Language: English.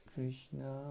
Krishna